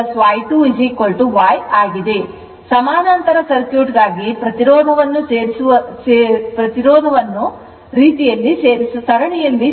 ಆದ್ದರಿಂದ ಸಮಾನಾಂತರ ಸರ್ಕ್ಯೂಟ್ಗಾಗಿ ಪ್ರವೇಶವನ್ನು ಪ್ರತಿರೋಧವನ್ನು ಸೇರಿಸುವ ರೀತಿಯಲ್ಲಿ ಸೇರಿಸಬೇಕಾಗಿದೆ ಸರಣಿಯಲ್ಲಿ